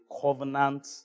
covenant